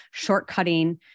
shortcutting